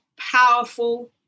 powerful